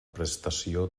prestació